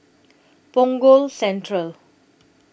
Punggol Central